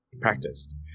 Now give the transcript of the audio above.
practiced